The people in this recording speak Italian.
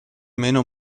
meno